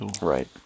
right